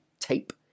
Tape